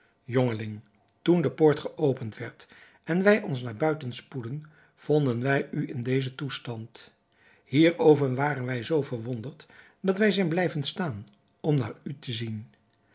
toen de poort geopend werd en wij ons naar buiten spoedden vonden wij u in dezen toestand hierover waren wij zoo verwonderd dat wij zijn blijven staan om naar u te zien